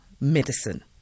medicine